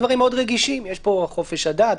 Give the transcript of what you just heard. יש פה דברים מאוד רגישים חופש הדת,